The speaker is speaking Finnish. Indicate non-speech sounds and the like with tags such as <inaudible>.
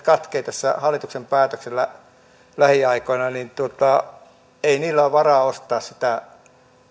<unintelligible> katkeavat hallituksen päätöksellä lähiaikoina niin ei heillä ole varaa ostaa sitä